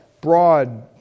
broad